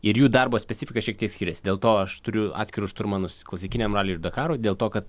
ir jų darbo specifika šiek tiek skiriasi dėl to aš turiu atskirus šturmanus klasikiniam raliui ir dakarui dėl to kad